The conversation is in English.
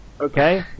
okay